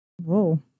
Whoa